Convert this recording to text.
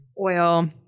oil